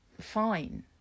fine